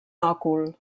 òcul